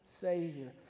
Savior